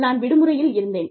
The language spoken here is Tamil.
நான் விடுமுறையிலிருந்தேன்